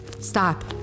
Stop